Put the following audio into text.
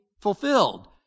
fulfilled